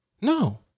No